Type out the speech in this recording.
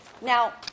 Now